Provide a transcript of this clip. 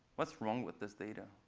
what's wrong with this data?